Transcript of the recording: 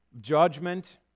judgment